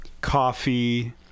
coffee